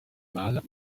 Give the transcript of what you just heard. mâles